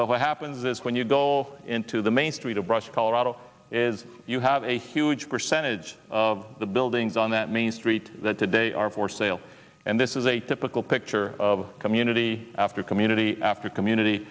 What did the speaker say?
but what happens is when you go into the main street of brush colorado is you have a huge percentage of the buildings on that main street that today are for sale and this is a typical picture of community after community after community